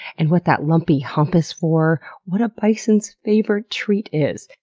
and what that lumpy hump is for, what a bison's favorite treat is,